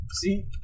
See